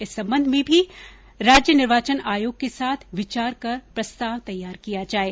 इस संबंध में भी राज्य निर्वाचन आयोग के साथ विचार कर प्रस्ताव तैयार किये जाये